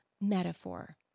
metaphor